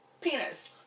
penis